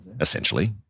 essentially